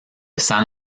san